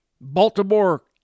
Baltimore